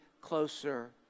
closer